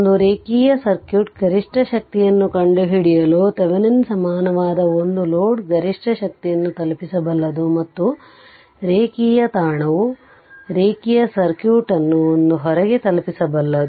ಒಂದು ರೇಖೀಯ ಸರ್ಕ್ಯೂಟ್ ಗರಿಷ್ಠ ಶಕ್ತಿಯನ್ನು ಕಂಡುಹಿಡಿಯಲು ಥೆವೆನಿನ್ ಸಮಾನವಾದ ಒಂದು ಲೋಡ್ ಗರಿಷ್ಠ ಶಕ್ತಿಯನ್ನು ತಲುಪಿಸಬಲ್ಲದು ಮತ್ತು ರೇಖೀಯ ತಾಣವು ರೇಖೀಯ ಸರ್ಕ್ಯೂಟ್ ಅನ್ನು ಒಂದು ಹೊರೆಗೆ ತಲುಪಿಸಬಲ್ಲದು